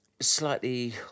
slightly